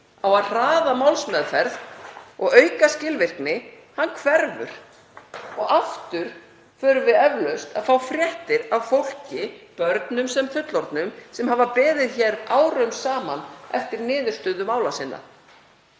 á að hraða málsmeðferð og auka skilvirkni, hann hverfur og aftur förum við eflaust að fá fréttir af fólki, börnum sem fullorðnum, sem hefur beðið árum saman eftir niðurstöðu mála sinna.